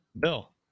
Bill